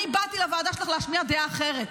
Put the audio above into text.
אני באתי לוועדה שלך להשמיע דעה אחרת,